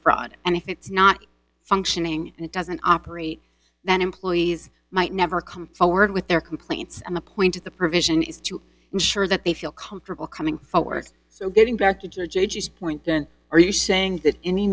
fraud and if it's not functioning and it doesn't operate then employees might never come forward with their complaints and the point of the provision is to ensure that they feel comfortable coming forward so getting back into the judge's point then are you saying that any